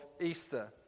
Easter